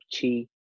chi